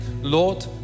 Lord